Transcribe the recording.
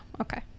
okay